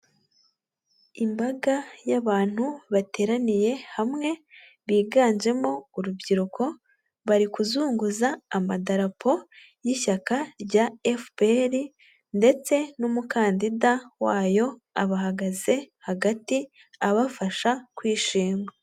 Imbaga y'abantu bateraniye hamwe biganjemo urubyiruko, bari kuzunguza amadarapo y'ishyaka rya efuperi ndetse n'umukandida wayo abahagaze hagati abafasha kwishima.